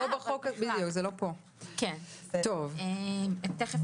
עכשיו כל הקשור